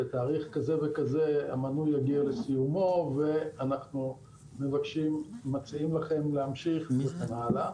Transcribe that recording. בתאריך כזה וכזה המנוי יגיע לסיומו ואנחנו מציעים לכם להמשיך וכן הלאה,